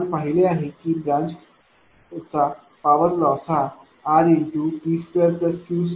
आपण पाहिले आहे की ब्रांच चा पॉवर लॉस हा rP2Q2V2 आहे